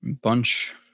Bunch